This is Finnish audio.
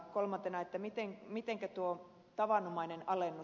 kolmantena mitenkä tulkitaan tavanomainen alennus